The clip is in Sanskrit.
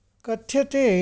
कथ्यते